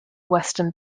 western